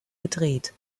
gedreht